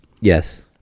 Yes